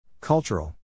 Cultural